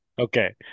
Okay